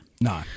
No